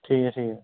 ठीक ऐ ठीक ऐ